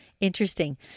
Interesting